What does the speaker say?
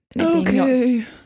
Okay